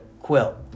quilt